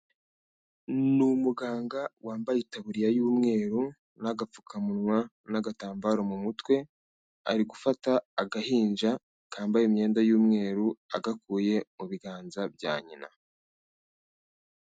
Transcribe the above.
Ni umuganga wambaye itaburiya y'umweru n'agapfukamunwa n'agatambaro mu mutwe, ari gufata agahinja kambaye imyenda y'umweru agakuye mu biganza bya nyina.